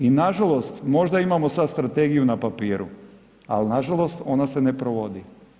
I na žalost, možda imamo sada strategiju na papiru, ali na žalost ona se ne provodi.